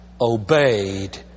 obeyed